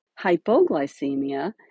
Hypoglycemia